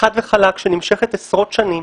חד וחלק שנמשכת עשרות שנים,